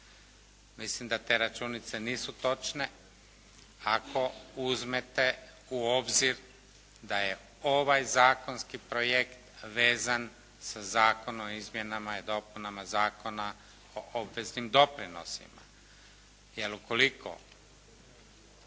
Mislim da te računice nisu točne ako uzmete u obzir da je ovaj zakonski projekt vezan sa Zakonom o izmjenama i dopunama Zakona o obveznim doprinosima. Jer ukoliko